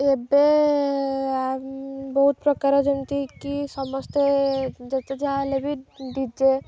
ଏବେ ବହୁତ ପ୍ରକାର ଯେମିତି କିି ସମସ୍ତେ ଯେତେ ଯାହା ହେଲେ ବି ଡ଼ିଜେ